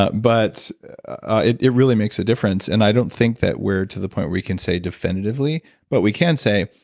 ah but ah it it really makes a difference, and i don't think that we're to the point where we can say definitively but we can say,